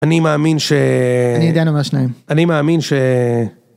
אני מאמין ש... אני יודע נו מה שניהם. אני מאמין ש...